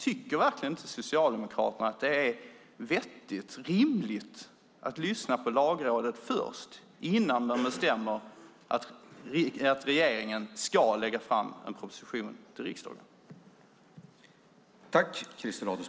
Tycker inte Socialdemokraterna att det är vettigt och rimligt att regeringen lyssnar på Lagrådet innan en proposition läggs fram i riksdagen?